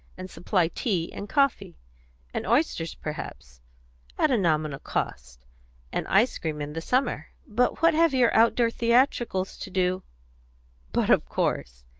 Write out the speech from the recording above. and supply tea and coffee and oysters, perhaps at a nominal cost and ice-cream in the summer. but what have your outdoor theatricals to do but of course.